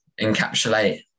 encapsulate